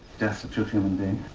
destitute human being.